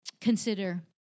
consider